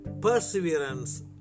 perseverance